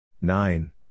Nine